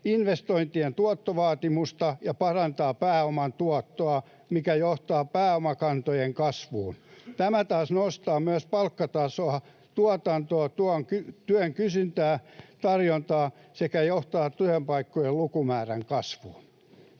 investointien tuottovaatimusta ja parantaa pääoman tuottoa, mikä johtaa pääomakantojen kasvuun. Tämä taas nostaa myös palkkatasoa, tuotantoa, työn kysyntää ja tarjontaa sekä johtaa työpaikkojen lukumäärän kasvuun.